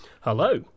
Hello